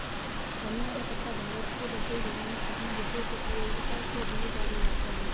धनिया का पत्ता भारत के रसोई घरों में अपनी विशेष उपयोगिता के लिए जाना जाता है